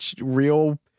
real